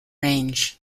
range